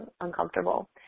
uncomfortable